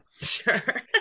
Sure